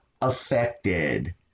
affected